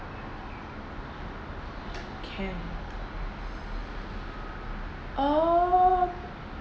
can um